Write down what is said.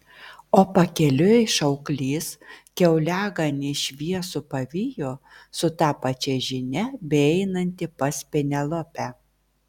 o pakeliui šauklys kiauliaganį šviesų pavijo su ta pačia žinia beeinantį pas penelopę